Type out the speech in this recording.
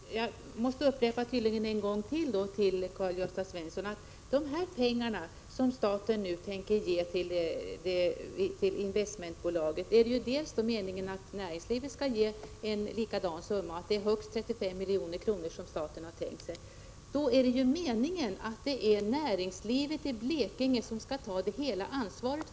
Herr talman! Jag måste tydligen upprepa för Karl-Gösta Svenson att det är meningen att näringslivet skall ge en lika stor summa till investmentbolaget som den summa staten skall bidra med, och staten har tänkt sig högst 35 milj.kr. Det är meningen att näringslivet i Blekinge skall ta hela ansvaret.